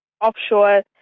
offshore